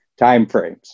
timeframes